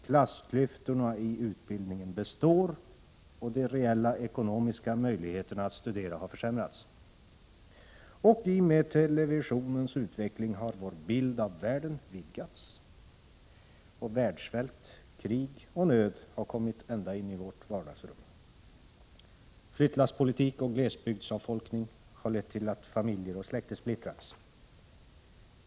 Klassklyftorna i utbildningen består, och de reella ekonomiska möjligheterna att studera har försämrats. I och med televisionens utveckling har vår bild av världen vidgats, och världssvält, krig och nöd har kommit ända in i våra vardagsrum. Flyttlasspolitik och glesbygdsavfolkning har lett till att familjer och släkter splittrats.